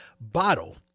bottle